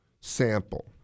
sample